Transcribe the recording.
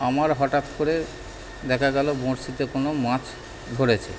আমার হটাৎ করে দেখা গেলো বঁড়শিতে কোনো মাছ ধরেছে